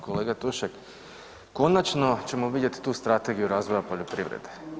Kolega Tušek, konačno ćemo vidjeti tu strategiju razvoja poljoprivrede.